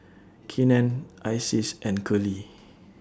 Keenen Isis and Curley